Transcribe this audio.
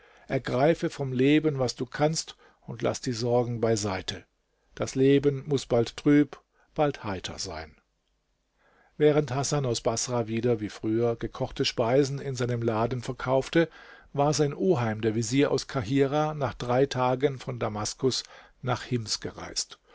ergreife vom leben was du kannst und laß die sorgen beiseite das leben muß bald trüb bald heiter sein während hasan aus baßrah wieder wie früher gekochte speisen in seinem laden verkaufte war sein oheim der vezier aus kahirah nach drei tagen von damaskus nach hims gereist